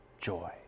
joy